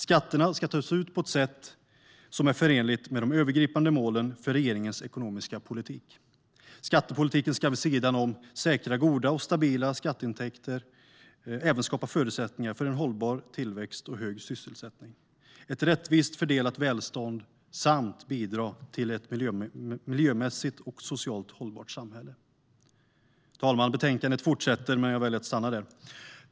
Skatterna ska tas ut på ett sätt som är förenligt med de övergripande målen för regeringens ekonomiska politik. Skattepolitiken ska vid sidan om att säkra goda och stabila skatteintäkter även skapa förutsättningar för en hållbar tillväxt och hög sysselsättning, ett rättvist fördelat välstånd samt bidra till ett miljömässigt och socialt hållbart samhälle." Herr talman! Texten fortsätter, men jag väljer att stanna där.